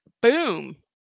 Boom